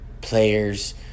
players